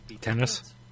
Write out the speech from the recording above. tennis